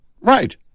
right